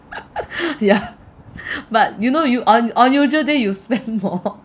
yeah but you know you on on usual day you spend more